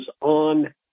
on